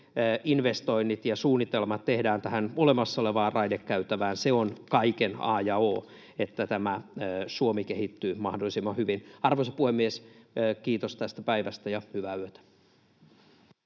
raideinvestoinnit ja ‑suunnitelmat tehdään tähän olemassa olevaan raidekäytävään, on kaiken a ja o, että Suomi kehittyy mahdollisimman hyvin. Arvoisa puhemies! Kiitos tästä päivästä ja hyvää yötä.